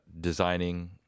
designing